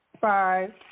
five